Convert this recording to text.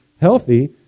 healthy